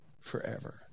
forever